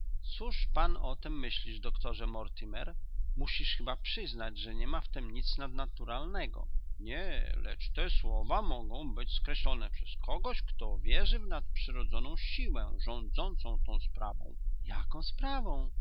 cóż pan o tem myślisz doktorze mortimer musisz chyba przyznać że niema w tem nic nadnaturalnego nie lecz te słowa mogą być skreślone przez kogoś kto wierzy w nadprzyrodzoną siłę rządząca tą sprawą jaką sprawą